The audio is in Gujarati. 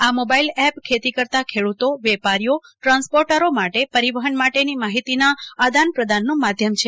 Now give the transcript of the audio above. આ મોબાઈલ એપ ખેતી કરતા ખેડૂતો વેપારીઓ ટ્રાન્સપોર્ટર માટે પરિવહન માટેની માહિતીના આદાન પ્રદાનનું માધ્યમ છે